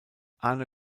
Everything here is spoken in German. arne